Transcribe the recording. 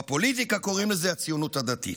בפוליטיקה קוראים לזה הציונות הדתית.